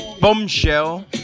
Bombshell